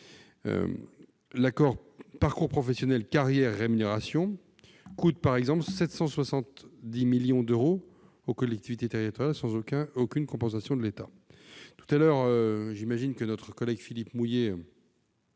L'accord Parcours professionnels, carrières et rémunérations coûte, par exemple, 770 millions d'euros aux collectivités territoriales, sans aucune compensation de l'État. J'imagine que Philippe Mouiller